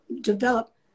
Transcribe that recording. develop